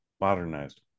modernized